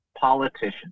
politician